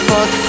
Fuck